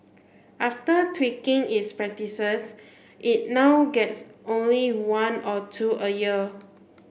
after tweaking its practices it now gets only one or two a year